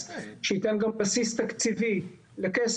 גם בים תיכון,